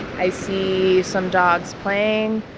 i see some dogs playing.